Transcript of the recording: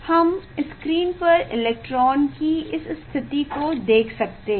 हम स्क्रीन पर इलेक्ट्रॉन की इस स्थिति को देख सकते हैं